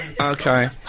Okay